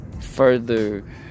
further